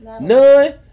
none